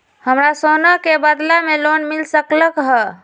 हमरा सोना के बदला में लोन मिल सकलक ह?